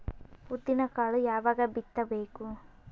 ಉದ್ದಿನಕಾಳು ಯಾವಾಗ ಬಿತ್ತು ಬೇಕು?